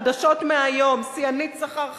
חדשות מהיום: שיאנית שכר חדשה.